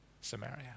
Samaria